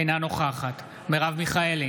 אינה נוכחת מרב מיכאלי,